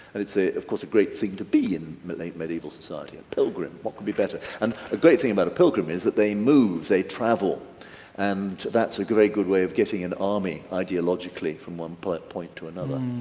and it's a of course a great thing to be in the late medieval society a pilgrim what could be better? and a great thing about a pilgrim is that they move they travel and that's a great good way of getting an army ideologically from one point point to another